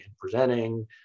presenting